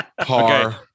par